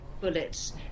bullets